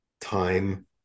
time